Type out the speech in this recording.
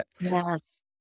Yes